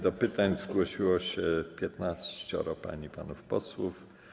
Do pytań zgłosiło się 15 pań i panów posłów.